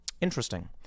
Interesting